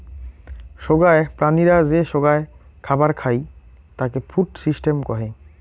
সোগায় প্রাণীরা যে সোগায় খাবার খাই তাকে ফুড সিস্টেম কহে